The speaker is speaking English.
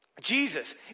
Jesus